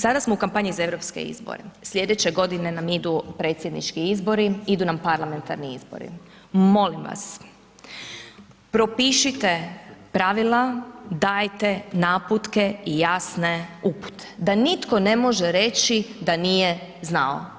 Sada smo u kampanji za europske izbore, sljedeće godine nam idu predsjednički izbori i idu nam parlamentarni izbori, molim vas, propišite pravila, dajte naputke i jasne upute da nitko ne može reći da nije znao.